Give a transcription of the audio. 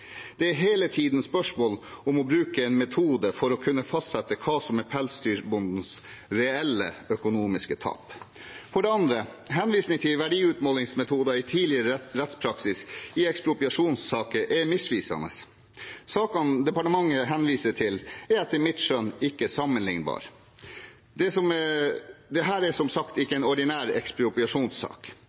Det er hele tiden spørsmål om å bruke en metode for å kunne fastsette hva som er pelsdyrbondens reelle økonomiske tap. For det andre: Henvisning til verdiutmålingsmetoder i tidligere rettspraksis i ekspropriasjonssaker er misvisende. Sakene departementet henviser til, er etter mitt skjønn ikke sammenlignbare. Dette er som sagt ikke en ordinær ekspropriasjonssak.